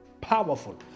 powerful